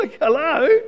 hello